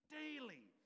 daily